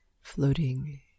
floating